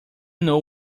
know